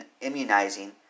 immunizing